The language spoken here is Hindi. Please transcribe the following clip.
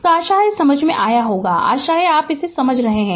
तो आशा समझ गई है आशा आप इसे समझ रहे है